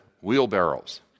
wheelbarrows